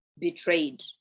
betrayed